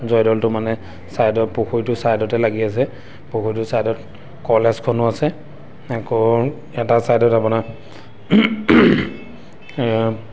জয়দৌলটো মানে ছাইডত পুখুৰীটো ছাইডতে লাগি আছে পুখুৰীটো ছাইডত কলেজখনো আছে আকৌ এটা ছাইডত আপোনাৰ এ